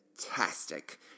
Fantastic